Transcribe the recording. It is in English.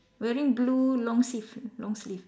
wearing blue long sleeve long sleeve